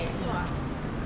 !wow!